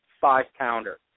five-pounder